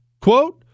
Quote